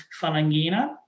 Falangina